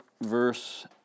verse